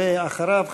ואחריו,